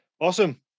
Awesome